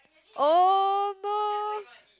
oh no